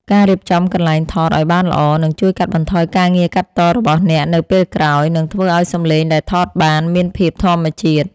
ការរៀបចំកន្លែងថតឱ្យបានល្អនឹងជួយកាត់បន្ថយការងារកាត់តរបស់អ្នកនៅពេលក្រោយ និងធ្វើឱ្យសំឡេងដែលថតបានមានភាពធម្មជាតិ។